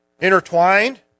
intertwined